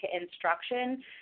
instruction